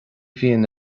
bhíonn